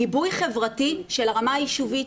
גיבוי חברתי של הרמה היישובית,